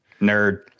Nerd